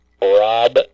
Rob